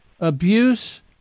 abuse